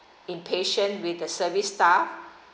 impatient with the service staff